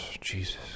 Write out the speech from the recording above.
Jesus